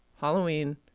Halloween